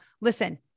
listen